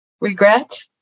regret